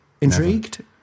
intrigued